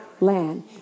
land